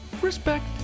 Respect